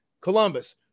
Columbus